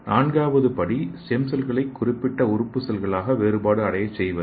4 வது படி ஸ்டெம் செல்களை குறிப்பிட்ட உறுப்பு செல்களாக வேறுபாடு அடையச்செய்வது